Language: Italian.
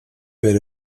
per